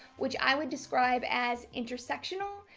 which i would describe as intersectional,